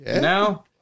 Now